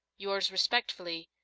yours respectfully,